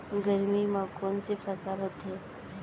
गरमी मा कोन से फसल होथे?